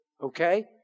Okay